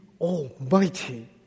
Almighty